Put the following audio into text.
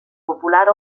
popular